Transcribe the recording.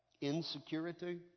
insecurity